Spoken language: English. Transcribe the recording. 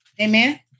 Amen